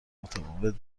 متفاوت